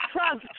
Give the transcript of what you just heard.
Trump